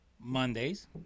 Mondays